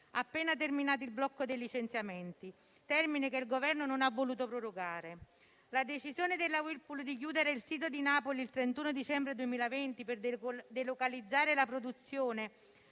appena terminato il blocco dei licenziamenti, termine che il Governo non ha voluto prorogare. La decisione della Whirlpool di chiudere il sito di Napoli il 31 dicembre 2020 per delocalizzare la produzione